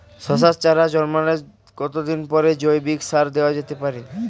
শশার চারা জন্মানোর কতদিন পরে জৈবিক সার দেওয়া যেতে পারে?